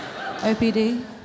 OPD